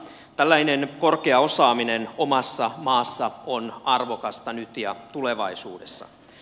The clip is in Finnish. tällainen korkea osaaminen omassa maassa on arvokasta nyt ja tulevaisuudessa